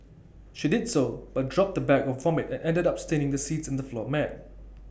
she did so but dropped the bag of vomit and ended up staining the seats and the floor mat